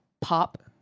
pop